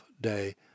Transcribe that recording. day